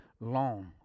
long